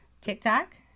TikTok